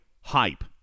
hype